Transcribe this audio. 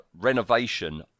renovation